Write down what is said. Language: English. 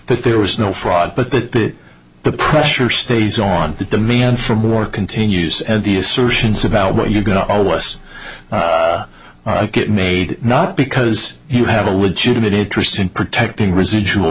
that there was no fraud but that the pressure stays on the demand for more continues and the assertions about what you can all was get made not because you have a legitimate interest in protecting residual